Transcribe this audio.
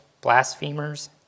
blasphemers